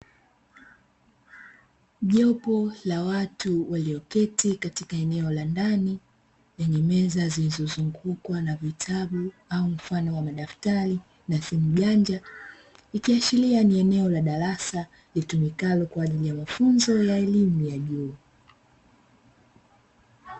Jopo la watu walioketi katika eneo la ndani lenye meza, zilizozungukwa na vitabu au mfano wa madaftari na simu janja, ikiashiria ni eneo la darasa, litumikalo kwa ajili ya mafunzo ya elimu ya juu.